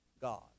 God